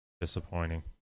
Disappointing